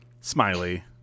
Smiley